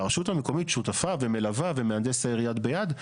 והרשות המקומית שותפה ומלווה ומהנדס העיר יד ביד,